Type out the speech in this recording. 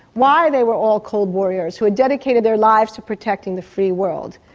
why they were all cold warriors who had dedicated their lives to protecting the free world.